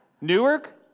Newark